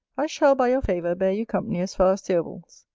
i shall by your favour bear you company as far as theobalds,